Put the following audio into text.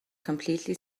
completely